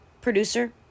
producer